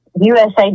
USA